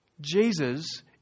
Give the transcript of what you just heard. Jesus